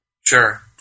Sure